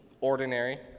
ordinary